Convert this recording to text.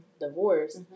divorce